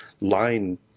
line